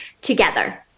together